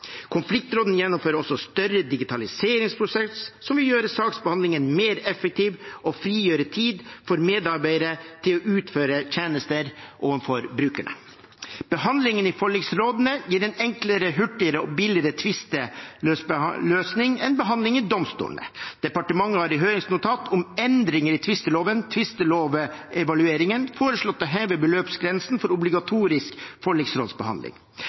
gjennomfører også en større digitaliseringsprosess, som vil gjøre saksbehandlingen mer effektiv og frigjøre tid for medarbeidere til å utføre tjenester overfor brukerne. Behandling i forliksrådene gir en enklere, hurtigere og billigere tvisteløsning enn behandling i domstolene. Departementet har i høringsnotat om endringer i tvisteloven, tvistelovevalueringen, foreslått å heve beløpsgrensen for obligatorisk forliksrådsbehandling.